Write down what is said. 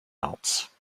else